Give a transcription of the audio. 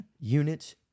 units